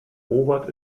robert